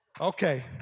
Okay